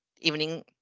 evening